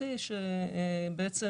תחרותי שבעצם